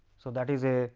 so, that is a